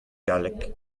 galleg